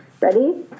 ready